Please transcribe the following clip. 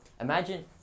Imagine